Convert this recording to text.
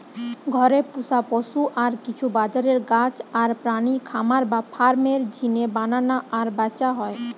ঘরে পুশা পশু আর কিছু বাজারের গাছ আর প্রাণী খামার বা ফার্ম এর জিনে বানানা আর ব্যাচা হয়